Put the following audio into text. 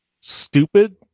stupid